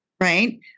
Right